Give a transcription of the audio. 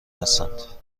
هستند